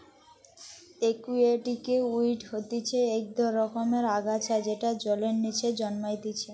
একুয়াটিকে ওয়িড হতিছে ইক রকমের আগাছা যেটা জলের নিচে জন্মাইতিছে